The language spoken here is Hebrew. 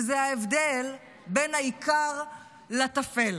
וזה ההבדל בין העיקר לטפל.